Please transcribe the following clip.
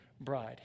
bride